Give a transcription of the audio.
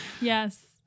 Yes